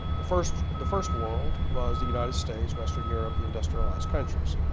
the first the first world was the united states, western europe, the industrialized countries